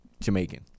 Jamaican